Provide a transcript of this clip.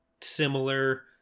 similar